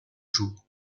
jours